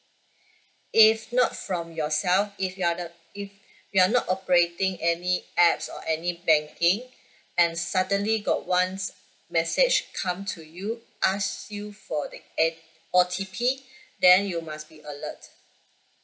if not from yourself if you are the if you are not operating any apps or any banking and suddenly got ones message come to you ask you for that A O_T_P then you must be alert